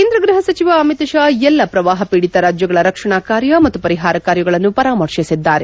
ಕೇಂದ್ರ ಗೃಹ ಸಚಿವ ಅಮಿತ್ ಶಾ ಎಲ್ಲ ಪ್ರವಾಹ ಪೀಡಿತ ರಾಜ್ಜಗಳ ರಕ್ಷಣಾ ಕಾರ್ಯ ಮತ್ತು ಪರಿಹಾರ ಕಾರ್ಯಗಳನ್ನು ಪರಾಮರ್ಶಿಸಿದ್ದಾರೆ